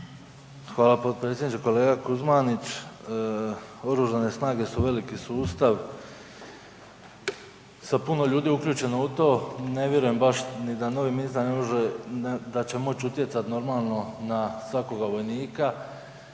Hvala potpredsjedniče. Kolega Kuzmanić, Oružane snage su veliki sustav sa puno ljudi uključeno u to. Ne vjerujem baš ni da novi ministar, da će moći utjecati normalno na svakoga vojnika